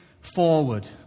forward